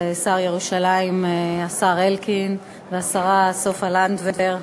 השר לירושלים אלקין והשרה סופה לנדבר,